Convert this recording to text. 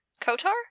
Kotar